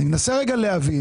אני מנסה להבין: